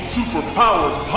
Superpowers